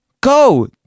go